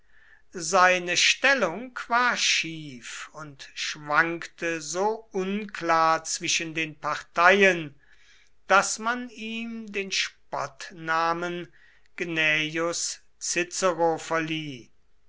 seine stellung war schief und schwankte so unklar zwischen den parteien daß man ihm den spottnamen gnaeus cicero verlieh